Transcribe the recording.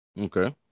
Okay